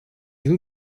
you